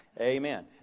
Amen